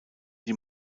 die